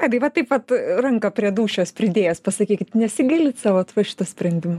ka gi vat taip vat ranką prie dūšios pridėjęs pasakykit nesigailit savo va šito sprendimo